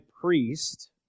priest